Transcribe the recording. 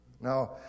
Now